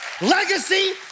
Legacy